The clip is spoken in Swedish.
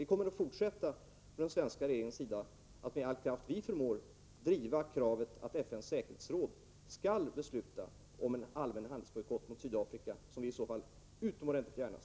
Vi kommer att fortsätta från den svenska regeringens sida att med all kraft vi förmår driva kravet att FN:s säkerhetsråd skall besluta om en allmän handelsbojkott mot Sydafrika — som vi i så fall naturligtvis ställer upp på.